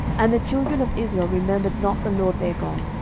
and the children of israel remembered not the lord their god,